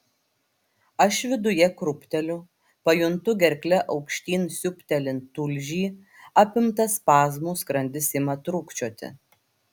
aš viduje krūpteliu pajuntu gerkle aukštyn siūbtelint tulžį apimtas spazmų skrandis ima trūkčioti